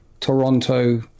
Toronto